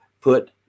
put